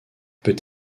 peut